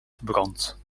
verbrand